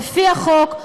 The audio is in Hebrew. לפי החוק,